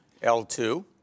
l2